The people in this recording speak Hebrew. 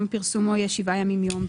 פרסומו יהיה שבעה ימים מיום פרסומו.